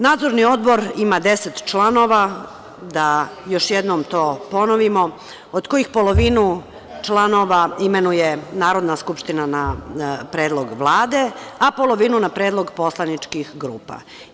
Nadzorni odbor ima 10 članova, da još jednom to ponovimo, od kojih polovinu članova imenuje Narodna skupština na predlog Vlade, a polovinu na predlog poslaničkih grupa.